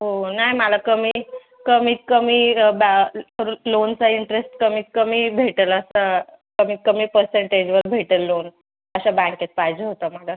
हो नाही मला कमी कमीत कमी लोनचा इंटरेस्ट कमीत कमी भेटेल असं कमीत कमी पर्सेंटेजवर भेटेल लोन अशा बँकेत पाहिजे होतं मला